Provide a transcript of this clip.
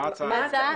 מה ההצעה?